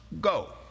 go